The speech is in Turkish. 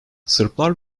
sırplar